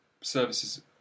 services